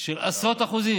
של עשרות אחוזים.